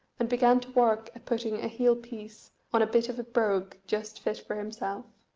and began to work at putting a heel-piece on a bit of a brogue just fit for himself.